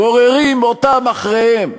גוררים אותם אחריהם.